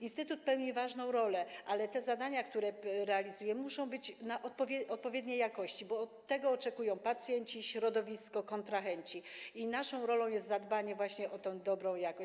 Instytut pełni ważną rolę, ale te zadania, które realizuje, muszą być odpowiedniej jakości, bo tego oczekują pacjenci, środowisko, kontrahenci, i naszą rolą jest zadbanie właśnie o tę dobrą jakość.